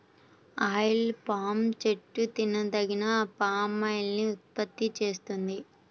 oil palm చెట్టు తినదగిన palm oil ని ఉత్పత్తి చేస్తుంది